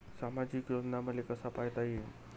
सामाजिक योजना मले कसा पायता येईन?